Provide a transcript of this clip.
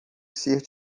ser